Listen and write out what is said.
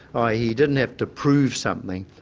ah he didn't have to prove something,